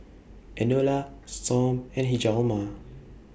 Enola Storm and Hjalmar